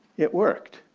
it worked.